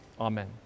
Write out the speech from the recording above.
Amen